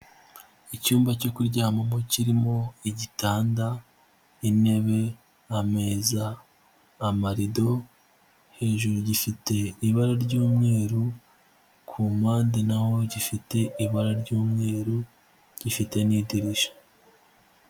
Icyumba cyo kuryamamo kirimo: igitanda, intebe, ameza, amarido. Hejuru gifite ibara ry'umweru. Ku mpande naho gifite ibara ry'umweru, gifite n'idirishya.